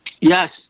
Yes